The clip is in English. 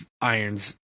irons